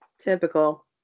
typical